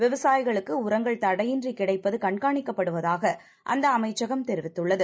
விவசாயிகளுக்குஉரங்கள்தடையின்றிக்கிடைப்பதுகண்காணிக்கப்படுவதாக அந்தஅமைச்சகம்தெரிவித்துள்ளது